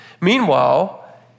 Meanwhile